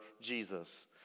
Jesus